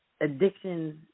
addictions